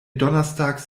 donnerstags